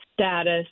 status